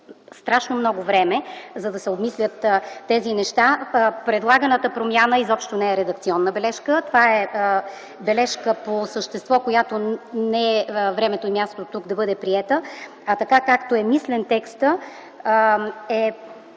страшно много време, за да се обмислят тези неща. Предлаганата промяна изобщо не е редакционна бележка. Това е бележка по същество, която не е времето и мястото тук да бъде приета, а така, както е мислен, текстът е